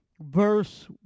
verse